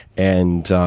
and,